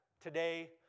today